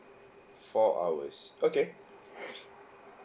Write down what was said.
four hours okay